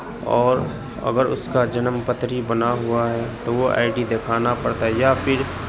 اور اگر اس کا جنم پتری بنا ہوا ہے تو وہ آئی ڈی دکھانا پڑتا ہے یا پھر